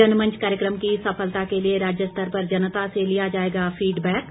जनमंच कार्यक्रम की सफलता के लिए राज्यस्तर पर जनता से लिया जाएगा फीड बैक